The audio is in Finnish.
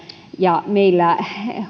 ja meillä